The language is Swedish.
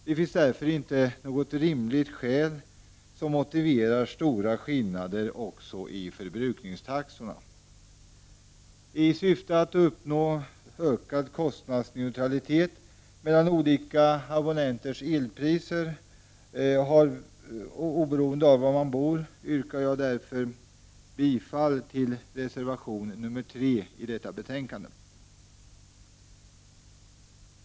Det finns därför inte något rimligt skäl som motiverar stora skillnader också i förbrukningstaxorna. I syfte att uppnå ökad kostnadsneutralitet mellan olika abonnenters elpris oberoende av var man bor yrkar jag bifall till reservation 3 i detta betänkande.